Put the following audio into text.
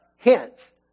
Hence